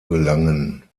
gelangen